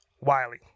Wiley